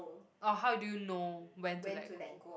oh how do you know when to let go